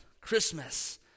Christmas